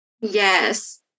Yes